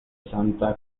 santa